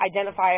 identify